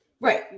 Right